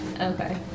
Okay